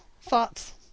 thoughts